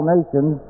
Nations